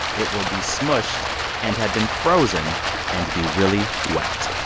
it will be smushed and have been frozen and be really wet